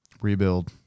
Rebuild